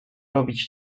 robić